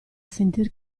sentir